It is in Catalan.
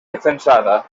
defensada